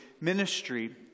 ministry